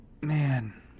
man